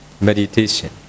meditation